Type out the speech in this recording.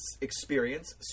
experience